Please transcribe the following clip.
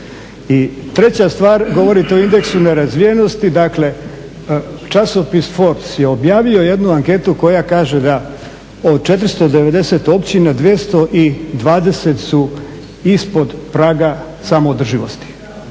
I treća stvar, govorite o indeksu nerazvijenosti. Dakle, časopis Forbes je objavio jednu anketu koja kaže da od 490 općina 220 su ispod praga samoodrživosti.